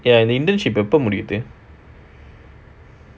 ya and the internship எப்போ முடியுது:eppo mudiyuthu